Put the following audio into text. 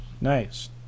Nice